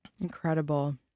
Incredible